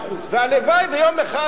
והלוואי שיום אחד,